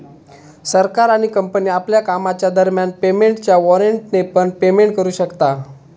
सरकार आणि कंपनी आपल्या कामाच्या दरम्यान पेमेंटच्या वॉरेंटने पण पेमेंट करू शकता